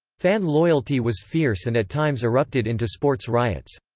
fan loyalty was fierce and at times erupted into sports riots.